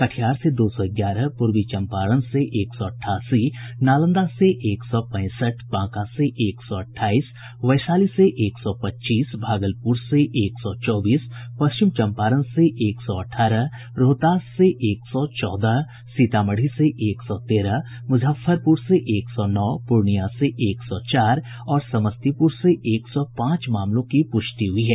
कटिहार से दो सौ ग्यारह पूर्वी चंपारण से एक सौ अठासी नालंदा से एक सौ पैंसठ बांका से एक सौ अठाईस वैशाली से एक सौ पच्चीस भागलपुर से एक सौ चौबीस पश्चिम चंपारण से एक सौ अठारह रोहतास से एक सौ चौदह सीतामढ़ी से एक सौ तेरह मुजफ्फरपुर से एक सौ नौ पूर्णिया से एक सौ चार और समस्तीपुर से एक सौ पांच मामलों की पुष्टि हुई है